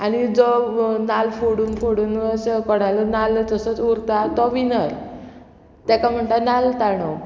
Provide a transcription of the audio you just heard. आनी जो नाल्ल फोडून फोडून असो कोणालो नाल्ल तसोच उरता तो विनर तेका म्हणटा नाल्ल ताणो